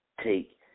Take